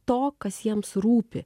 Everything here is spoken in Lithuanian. to kas jiems rūpi